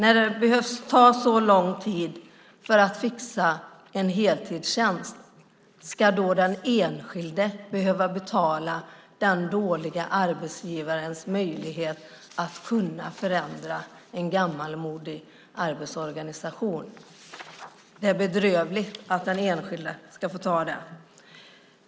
Om det ska ta så lång tid att fixa en heltidstjänst, ska då den enskilde behöva betala den dåliga arbetsgivarens möjlighet att förändra en gammalmodig arbetsorganisation? Det är bedrövligt att den enskilde ska få ta det.